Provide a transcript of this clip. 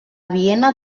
viena